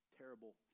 terrible